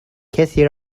کسی